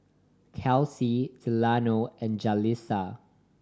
Kelsi Delano and Jalisa